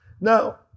Now